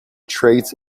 traits